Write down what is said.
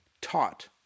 taught